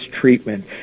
treatment